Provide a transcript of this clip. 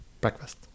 Breakfast